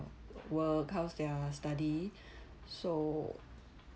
work how's their study so